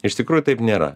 iš tikrųjų taip nėra